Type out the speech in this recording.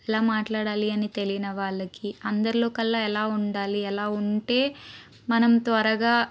ఎలా మాట్లాడాలి అని తెలియని వాళ్ళకి అందరిలోకెల్లా ఎలా ఉండాలి ఎలా ఉంటే మనం త్వరగా